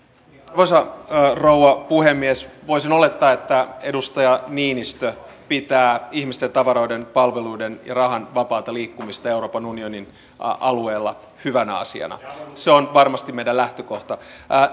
arvoisa rouva puhemies voisin olettaa että edustaja niinistö pitää ihmisten tavaroiden palveluiden ja rahan vapaata liikkumista euroopan unionin alueella hyvänä asiana se on varmasti meidän lähtökohtamme